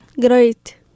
Great